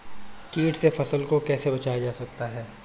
कीट से फसल को कैसे बचाया जाता हैं?